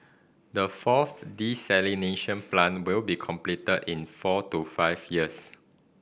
the fourth desalination plant will be completed in four to five years